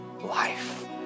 life